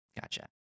Gotcha